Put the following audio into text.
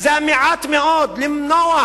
וזה המעט-מאוד, למנוע